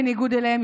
בניגוד אליהם,